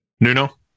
Nuno